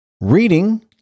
reading